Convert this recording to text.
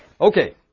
Okay